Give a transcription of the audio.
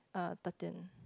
err thirteen